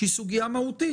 שהיא סוגיה מהותית.